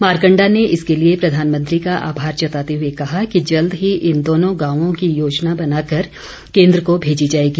मारकंडा ने इसके लिए प्रधानमंत्री का आभार जताते हुए कहा कि जल्द ही इन दोनों गांवों की योजना बनाकर केन्द्र को भेजी जाएगी